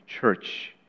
church